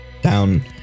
down